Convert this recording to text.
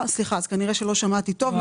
סליחה, כנראה לא שמעתי טוב.